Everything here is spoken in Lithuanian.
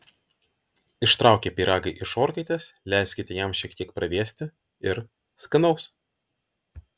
ištraukę pyragą iš orkaitės leiskite jam šiek tiek pravėsti ir skanaus